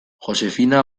josefina